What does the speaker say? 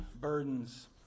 burdens